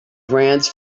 grants